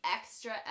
extra